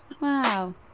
Wow